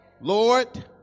Lord